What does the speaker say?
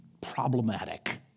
problematic